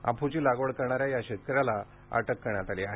अफूची लागवड करणाऱ्या शेतकऱ्याला अटक करण्यात आली आहे